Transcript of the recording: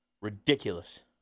Ridiculous